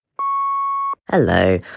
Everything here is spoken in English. Hello